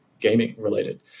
gaming-related